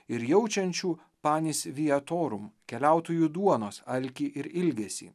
ir jaučiančių panis viatorum keliautojų duonos alkį ir ilgesį